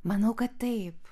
manau kad taip